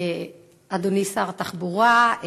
אדוני שר התחבורה,